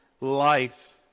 life